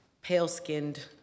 pale-skinned